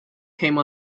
came